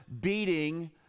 beating